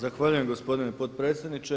Zahvaljujem gospodine potpredsjedniče.